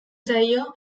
zaio